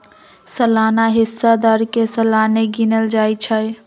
सलाना हिस्सा दर के सलाने गिनल जाइ छइ